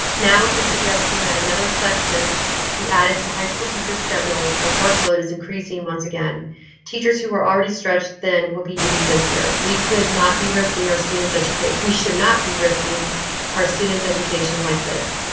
now, with the suggestion that another section be added to high school teachers schedules. the workload is increasing once again teachers who are already stretched then will be even busier we could not be risking our students educate we should not be risking our students education like this.